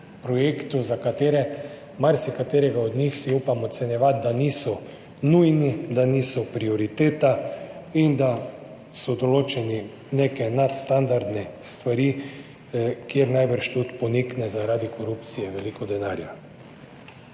projektov, za marsikaterega od njih si upam oceniti, da niso nujni, da niso prioriteta in da so določeni neke nadstandardne stvari, kjer najbrž tudi ponikne zaradi korupcije veliko denarja.